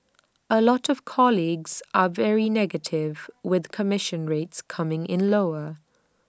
A lot of colleagues are very negative with commission rates coming in lower